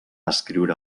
escriure